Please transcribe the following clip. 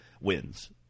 wins